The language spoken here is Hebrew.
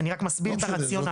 אני מסביר את הרציונל.